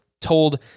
told